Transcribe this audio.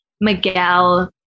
Miguel